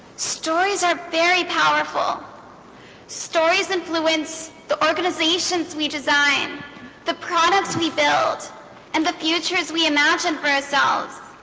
stories are very powerful stories and fluence the organizations we design the products we build and the futures we imagine for ourselves